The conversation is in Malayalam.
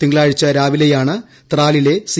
തിങ്കളാഴ്ച രാവിലെയാണ് ത്രാലിലെ സി